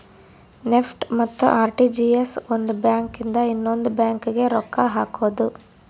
NEFT ಮತ್ತ RTGS ಒಂದ್ bank ಇಂದ ಇನ್ನೊಂದು ಬ್ಯಾಂಕ್ ಗೆ ರೊಕ್ಕ ಹಕೋದು